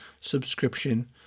subscription